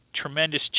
tremendous